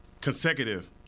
consecutive